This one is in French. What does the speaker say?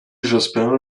jospin